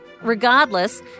Regardless